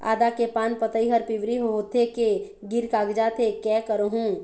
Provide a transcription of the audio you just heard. आदा के पान पतई हर पिवरी होथे के गिर कागजात हे, कै करहूं?